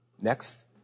next